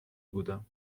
بودم